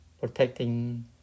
protecting